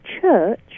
church